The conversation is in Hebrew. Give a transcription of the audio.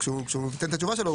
כשהוא נותן את התשובה שלו,